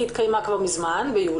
היא התקיימה ביולי.